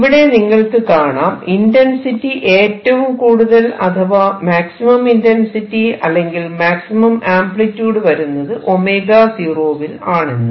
ഇവിടെ നിങ്ങൾക്ക് കാണാം ഇന്റെൻസിറ്റി ഏറ്റവും കൂടുതൽ അഥവാ മാക്സിമം ഇന്റെൻസിറ്റി അല്ലെങ്കിൽ മാക്സിമം ആംപ്ലിട്യൂഡ് വരുന്നത് 𝞈0 വിൽ ആണെന്ന്